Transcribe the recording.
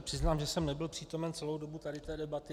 Přiznám se, že jsem nebyl přítomen celou dobu tady té debaty.